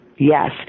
Yes